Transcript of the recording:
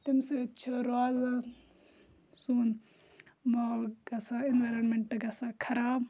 تَمہِ سۭتۍ چھُ روزان سون مال گژھان اٮ۪نوارَمٮ۪نٛٹ گژھان خراب